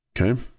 Okay